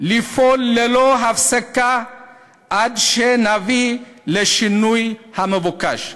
לפעול ללא הפסקה עד שנביא לשינוי המבוקש.